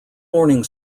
morning